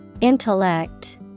Intellect